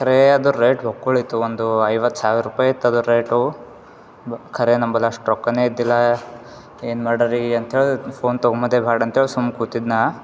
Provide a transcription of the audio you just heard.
ಖರೇ ಅದು ರೇಟು ಉಕ್ಕೋಳೀತು ಒಂದು ಐವತ್ತು ಸಾವಿರ ರುಪಾಯಿ ಇತ್ತು ಅದರ ರೇಟು ಖರೇ ನಂಬಲ್ಲ ಅಷ್ಟು ರೊಕ್ಕನೇ ಇದ್ದಿಲ್ಲ ಏನು ಮಾಡರಿ ಅಂತ ಹೇಳಿ ಫೋನ್ ತಗೊಂಬದೇ ಬೇಡ ಅಂತ ಹೇಳಿ ಸುಮ್ನೆ ಕೂತಿದ್ನ